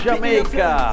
Jamaica